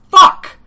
fuck